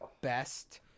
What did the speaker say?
best